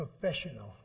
professional